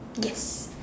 yes